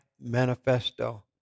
Manifesto